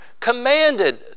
commanded